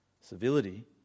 civility